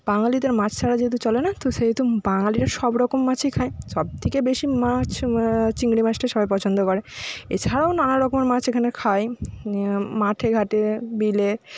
বাঙালিদের মাছ ছাড়া যেহেতু চলে না তো সেহেতু বাঙালিরা সব রকম মাছই খায় সব থেকে বেশি মাছ চিংড়ি মাছটা সবাই পছন্দ করে এছাড়াও নানা রকমের মাছ এখানে খায় মাঠে ঘাটে বিলে